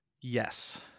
yes